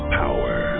power